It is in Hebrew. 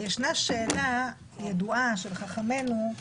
וישנה שאלה ידועה של חכמינו: